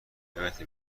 یادته